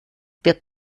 wird